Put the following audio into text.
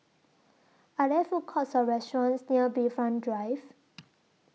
Are There Food Courts Or restaurants near Bayfront Drive